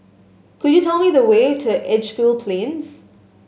could you tell me the way to Edgefield Plains